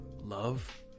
love